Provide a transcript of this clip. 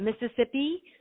Mississippi